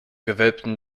gewölbten